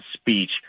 speech